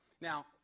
Now